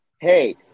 Hey